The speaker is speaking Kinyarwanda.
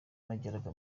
nagiraga